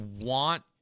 want